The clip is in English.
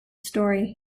story